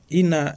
ina